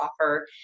offer